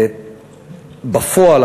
בפועל,